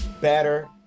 better